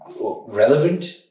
relevant